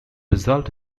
result